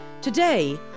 Today